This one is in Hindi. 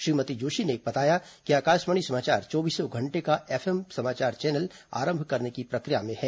श्रीमती जोशी ने बताया कि आकाशवाणी समाचार चौबीसों घंटे का एफएम समाचार चैनल आरंभ करने की प्रक्रिया में है